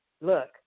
look